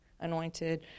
anointed